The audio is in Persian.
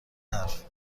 حرفه